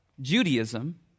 Judaism